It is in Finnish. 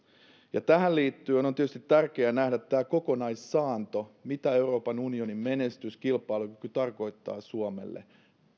tähän liittyen on tietysti tärkeää nähdä tämä kokonaissaanto mitä euroopan unionin menestys kilpailukyky tarkoittaa suomelle